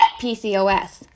PCOS